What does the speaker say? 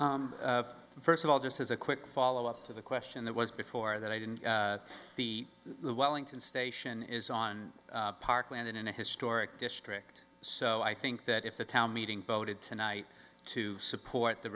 tomorrow first of all just as a quick follow up to the question that was before that i didn't the the wellington station is on parkland in a historic district so i think that if the town meeting voted tonight to support the